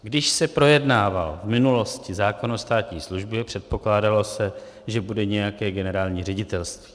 Když se projednával v minulosti zákon o státní službě, předpokládalo se, že bude nějaké generální ředitelství.